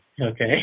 okay